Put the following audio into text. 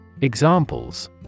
Examples